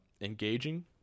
engaging